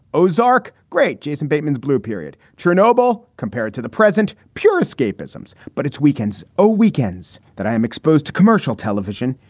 ozark great jason bateman's blue period. chernobyl compared to the present. pure escapism. but it's weekends or ah weekends that i am exposed to commercial television.